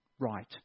right